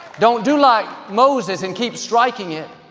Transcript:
don't do like moses and keep striking it.